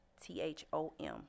T-H-O-M